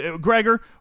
Gregor